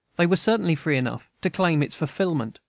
they were certainly free enough to claim its fulfilment.